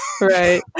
Right